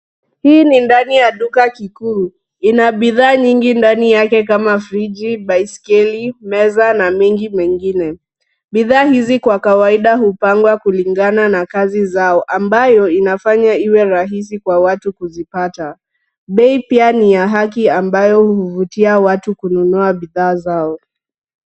Hii ni ndani ya duka kikuu. Ina bidhaa nyingi ndani yake kama friji, baiskeli, meza na mengi mengine. Bidhaa hizi kwa kawaida hupangwa kulingana na kazi zao ambayo inafanya iwe rahisi kwa watu kuzipata. Bei pia ni ya haki ambayo huvutia watu kununua bidhaa zao.